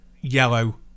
yellow